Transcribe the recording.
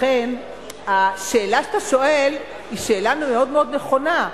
לכן השאלה שאתה שואל היא שאלה מאוד מאוד נכונה,